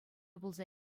пулса